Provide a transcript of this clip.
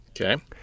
Okay